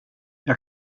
jag